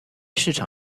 市场